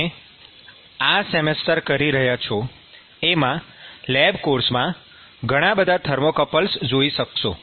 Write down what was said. તમે આ સેમેસ્ટર કરી રહ્યા છો એમાં લેબ કોર્સમાં ઘણાં બધાં થર્મોકપલ્સ જોઈ શકશો